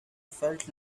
felt